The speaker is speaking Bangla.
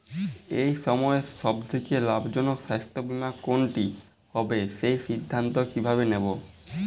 এই সময়ের সব থেকে লাভজনক স্বাস্থ্য বীমা কোনটি হবে সেই সিদ্ধান্ত কীভাবে নেব?